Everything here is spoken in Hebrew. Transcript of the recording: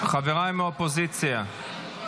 חבריי מהאופוזיציה,